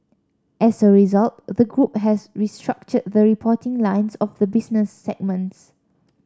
as a result the group has restructured the reporting lines of the business segments